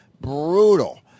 Brutal